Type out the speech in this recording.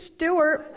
Stewart